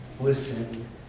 listen